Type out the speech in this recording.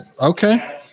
Okay